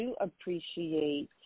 appreciate